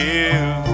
Give